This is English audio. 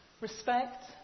Respect